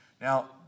Now